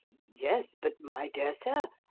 yes but my dear sir,